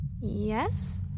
Yes